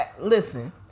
Listen